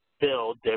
build